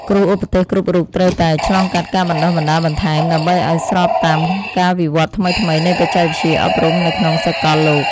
គ្រូឧទ្ទេសគ្រប់រូបត្រូវតែឆ្លងកាត់ការបណ្តុះបណ្តាលបន្ថែមដើម្បីឱ្យស្របតាមការវិវត្តថ្មីៗនៃបច្ចេកវិទ្យាអប់រំនៅក្នុងសកលលោក។